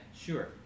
sure